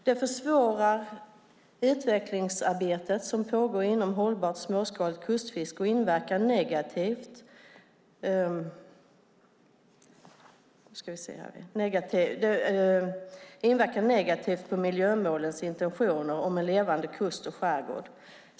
Det försvårar det utvecklingsarbete som pågår inom hållbart småskaligt kustfiske och inverkar negativt på miljömålens intentioner om en levande kust och skärgård.